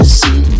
see